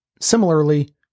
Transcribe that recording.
similarly